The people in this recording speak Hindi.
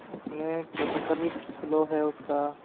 उस में प्रोसेसर भी स्लो है उसका